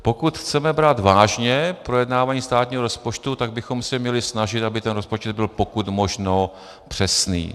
Pokud chceme brát vážně projednávání státního rozpočtu, tak bychom se měli snažit, aby ten rozpočet byl pokud možno přesný.